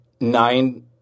nine